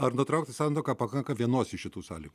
ar nutraukti santuoką pakanka vienos iš šitų sąlygų